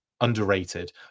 underrated